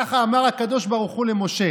ככה אמר הקדוש ברוך הוא למשה